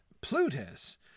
Plutus